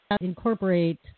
incorporate